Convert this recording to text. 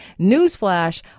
newsflash